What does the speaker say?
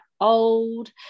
old